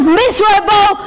miserable